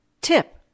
Tip